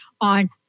on